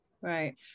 right